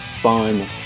fun